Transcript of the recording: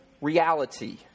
reality